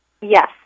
yes